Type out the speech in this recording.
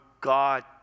God